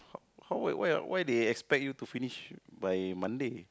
how how why why why they expect you to finish by Monday